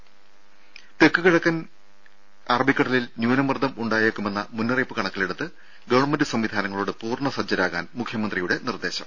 ത തെക്ക് കിഴക്കൻ അറബിക്കടലിൽ ന്യൂനമർദ്ദം ഉണ്ടായേക്കുമെന്ന മുന്നറിയിപ്പ് കണക്കിലെടുത്ത് ഗവൺമെന്റ് സംവിധാനങ്ങളോട് പൂർണ സജ്ജരാകാൻ മുഖ്യന്ത്രിയുടെ നിർദ്ദേശം